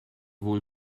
wohl